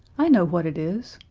i know what it is.